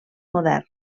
modern